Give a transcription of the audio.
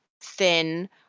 thin